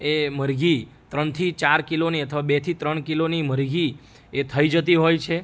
એ મરઘી ત્રણથી ચાર કિલોની અથવા બેથી ત્રણ કિલોની મરઘી એ થઈ જતી હોય છે